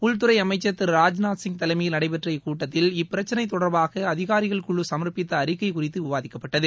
உள்துறை அளமச்சர் திரு ராஜ்நாத்சிய் தலைமையில் நடைபெற்ற இக்கூட்டத்தில் இப்பிரச்சினை தொடர்பாக அதிகாரிகள் குழு சமர்ப்பித்த அறிக்கை குறித்து விவாதிக்கப்பட்டது